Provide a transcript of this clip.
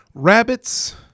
Rabbits